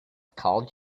called